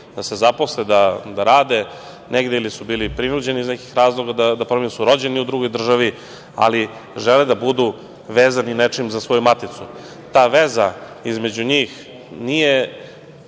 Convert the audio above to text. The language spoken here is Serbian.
da se zaposle, da rade negde ili su bili prinuđeni iz nekih razloga, ili su rođeni u drugoj državi, ali žele da budu vezani nečim za svoju maticu. Ta veza između njih nije,